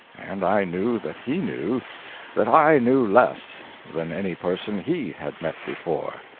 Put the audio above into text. and i knew that he knew that i knew less than any person he had met before.